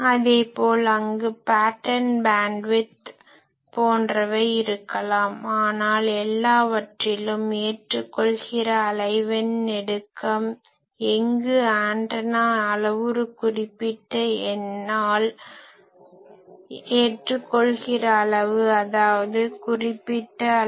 அதேபோல் அங்கு pattern bandwidth pattern bandwidth அமைப்பு பட்டை அகலம் போன்றவை இருக்கலாம் ஆனால் எல்லாவற்றிலும் ஏற்றுக்கொள்ளுகிற அலைவெண் நெடுக்கம் எங்கு ஆன்டனா அளவுரு குறிப்பிட்ட என்னால் ஏற்றுக்கொள்ளுகிற அளவு அதாவது குறிப்பிட்ட அளவு